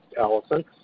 allison